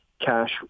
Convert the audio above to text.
cash